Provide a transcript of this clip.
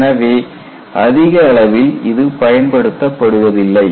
எனவே அதிக அளவில் இது பயன்படுத்தப்படுவதில்லை